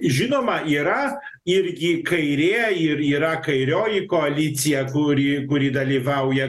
žinoma yra irgi kairė ir yra kairioji koalicija kuri kuri dalyvauja